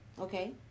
Okay